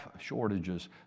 shortages